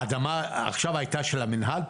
אדמה, עכשיו הייתה של המינהל.